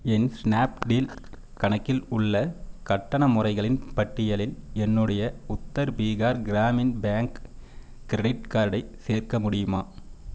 என் Snapdeal கணக்கில் உள்ள கட்டண முறைகளின் பட்டியலில் என்னுடைய உத்தர் பீகார் கிராமின் பேங்க் கிரெடிட் கார்டை சேர்க்க முடியுமா